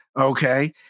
okay